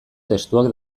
testuak